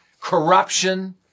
corruption